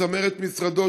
עם צמרת משרדו,